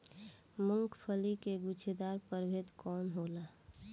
मूँगफली के गुछेदार प्रभेद कौन होला?